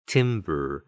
Timber